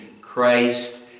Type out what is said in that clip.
Christ